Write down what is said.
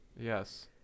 Yes